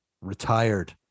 retired